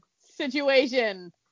situation